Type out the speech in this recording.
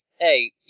hey